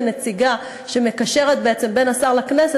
כנציגה שמקשרת בעצם בין השר לכנסת,